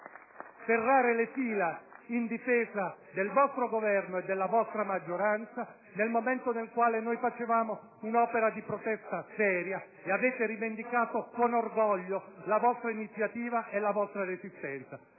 serrare le fila in difesa del vostro Governo e della vostra maggioranza, nel momento in cui noi compivamo un'opera di protesta seria; avete rivendicato con orgoglio la vostra iniziativa e la vostra resistenza.